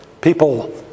people